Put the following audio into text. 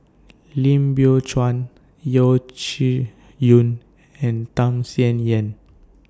Lim Biow Chuan Yeo Shih Yun and Tham Sien Yen